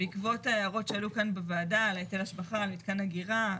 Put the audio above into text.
בעקבות ההערות שעלו כאן בוועדה על היטל השבחה על מתקן אגירה,